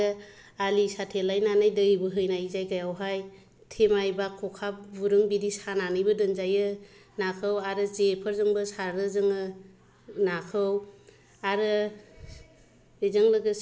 आरो आलि साथेलायनानै दै बोहैनाय जायगायावहाय थेमाय बा खखा गुरुं सानानैबो दोनजायो नाखौ आरो जे फोरजोंबो सारो जोङो नाखौ आरो बेजों लागासे